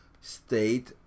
State